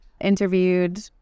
interviewed